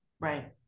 Right